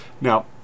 Now